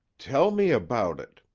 tell me about it,